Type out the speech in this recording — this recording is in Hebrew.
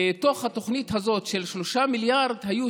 בתוך התוכנית הזאת של 3 מיליארד היו